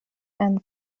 and